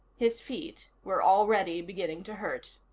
his feet were already beginning to hurt.